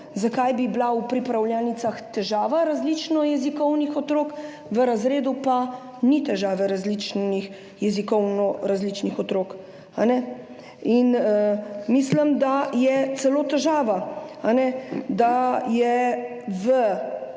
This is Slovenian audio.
zakaj bi bila v pripravljalnicah težava različno jezikovnih otrok, v razredu pa ni težave jezikovno različnih otrok. In mislim, da je celo težava, da je v